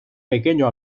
pequeño